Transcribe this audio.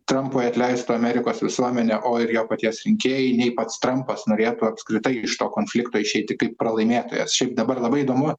trampui atleistų amerikos visuomenė o ir jo paties rinkėjai nei pats trampas norėtų apskritai iš to konflikto išeiti kaip pralaimėtojas šiaip dabar labai įdomu